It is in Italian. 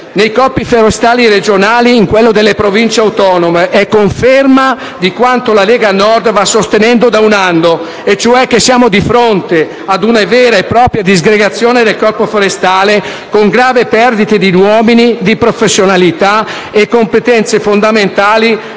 nei Corpi forestali regionali e in quello delle Province autonome - è conferma di quanto la Lega Nord va sostenendo da un anno, cioè che siamo di fronte ad una vera e propria disgregazione del Corpo forestale, con gravi perdite di uomini, professionalità e competenze fondamentali